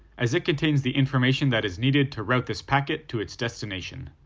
as it contains the information that is needed to route this packet to its destination.